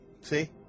See